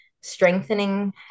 strengthening